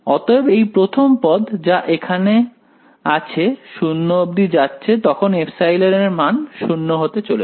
অতএব এই প্রথম পদ যা এখানে আছে 0 অবধি যাচ্ছে যখন ε এর মান 0 হতে চলেছে